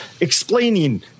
explaining